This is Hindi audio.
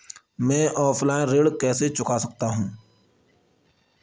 मैं ऑफलाइन ऋण कैसे चुका सकता हूँ?